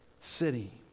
city